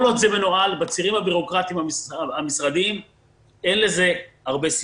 כל עוד זה מנוהל בצירים הבירוקרטיים המשרדיים אין לזה הרבה סיכוי.